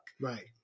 Right